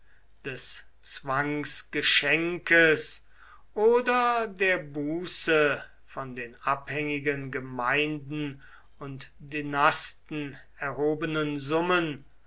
des zwangsgeschenkes oder der buße von den abhängigen gemeinden und dynasten erhobenen summen